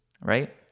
right